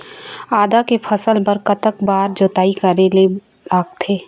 आदा के फसल बर कतक बार जोताई करे बर लगथे?